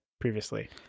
previously